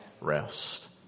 rest